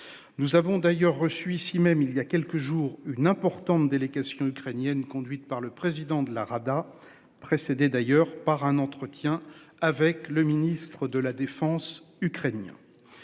Nous avons d'ailleurs reçu ici même il y a quelques jours une importante délégation ukrainienne conduite par le président de la Rada précédés d'ailleurs par un entretien avec le Ministre de la Défense ukrainien.